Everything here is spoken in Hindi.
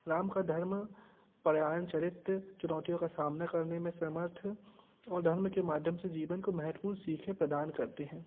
राम का धर्म चरित्र चुनौतियों का सामना करने में समर्थ और धर्म के माध्यम से जीवन को महेत्वपूर्ण सीखें प्रदान करते हैं